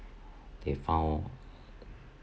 they found